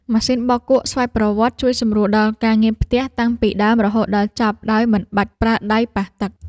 ម៉ាស៊ីនបោកគក់ស្វ័យប្រវត្តិជួយសម្រួលដល់ការងារផ្ទះតាំងពីដើមរហូតដល់ចប់ដោយមិនបាច់ប្រើដៃប៉ះទឹក។